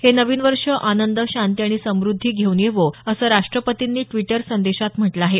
हे नवीन वर्ष आनंद शांती आणि समद्धी घेऊन येवो असं राष्ट्रपतींनी ड्विटर संदेशात म्हटलं आहे